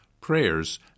prayers